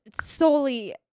solely